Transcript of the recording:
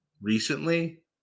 recently